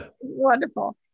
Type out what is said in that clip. Wonderful